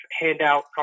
handout